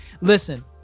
listen